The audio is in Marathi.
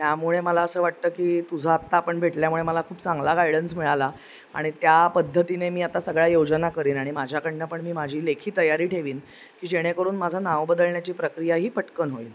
त्यामुळे मला असं वाटतं की तुझं आत्ता आपण भेटल्यामुळे मला खूप चांगला गायडन्स मिळाला आणि त्या पद्धतीने मी आता सगळ्या योजना करीन आणि माझ्याकडनं पण मी माझी लेखी तयारी ठेवीन की जेणेकरून माझं नाव बदळण्याची प्रक्रिया ही पटकन होईल